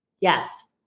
Yes